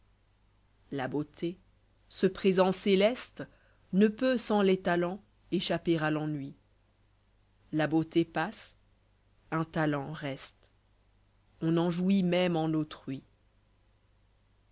la beauté ce présent céleste ne peut s'en les talents échapper à l'ennui la beauté passe un talent reste on en jouit même eu autrui